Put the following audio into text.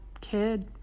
kid